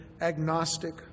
agnostic